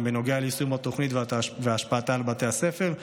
בנוגע ליישום התוכנית והשפעתה על בתי-הספר.